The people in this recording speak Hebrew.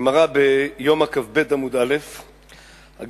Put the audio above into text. הגמרא ביומא כ"ב עמוד א' אומרת: